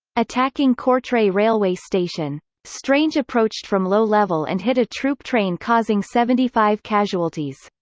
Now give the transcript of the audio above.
attacking courtrai railway station. strange approached from low level and hit a troop train causing seventy five casualties.